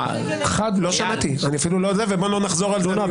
אני אפילו לא יודע, ובוא לא נחזור על זה.